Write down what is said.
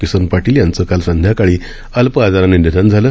किसन पाटील यांचं काल संध्याकाळी अल्प आजारानं निधन झालं